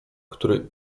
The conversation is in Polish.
który